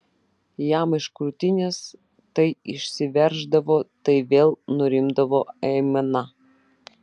jam iš krūtinės tai išsiverždavo tai vėl nurimdavo aimana